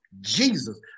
Jesus